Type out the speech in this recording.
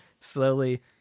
slowly